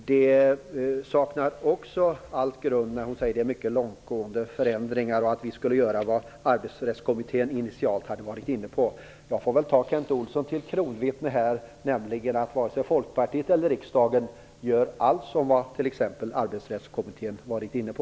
Det saknar all grund när hon säger att det var fråga om långtgående förändringar om vi hade gjort det som Arbetsrättskommittén initialt var inne på. Jag får använda Kent Olsson som vittne. Varken Folkpartiet eller riksdagen följer allt som Arbetsrättskommittén har varit inne på.